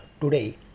today